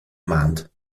mahnt